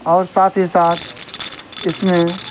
اور ساتھ ہی ساتھ اس میں